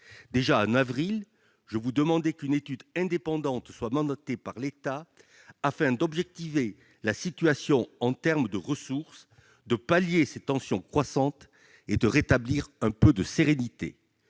Déjà, en avril, je vous demandais qu'une étude indépendante soit mandatée par l'État afin d'objectiver la situation en termes de ressources, d'atténuer ces tensions croissantes et de rétablir un peu de sérénité.